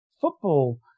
football